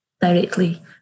directly